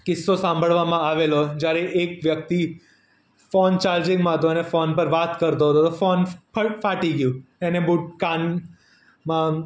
કિસ્સો સાંભળવામાં આવેલો જ્યારે એક વ્યક્તિ ફોન ચાર્જિંગમાં હતો ને ફોન પર વાત કરતો હતો ફોન ફટ ફાટી ગયો એને બહુ કાનમાં